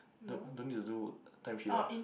don't don't need to do timesheet [right]